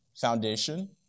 foundation